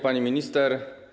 Pani Minister!